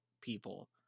people